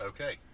Okay